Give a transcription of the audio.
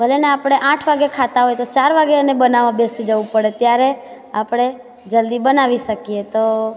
ભલે ને આપણે આઠ વાગે ખાતાં હોઈએ તો ચાર વાગે એને બનાવવા બેસી જવું પડે ત્યારે આપણે જલ્દી બનાવી શકીએ તો